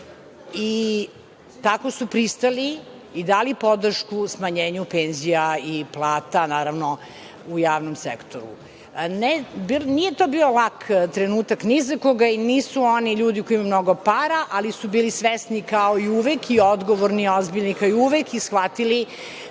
i tako su pristali i dali podršku smanjenju penzija i plata, naravno, u javnom sektoru. Nije to bio lak trenutak ni za koga i nisu oni ljudi koji imaju mnogo para, ali su bili svesni, kao i uvek, i odgovorni i ozbiljni, kao i uvek, i shvatili